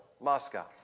Moscow